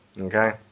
Okay